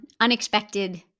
unexpected